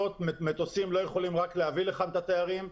מטוסים לא יכולים רק להביא לכאן תיירים,